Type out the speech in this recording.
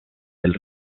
del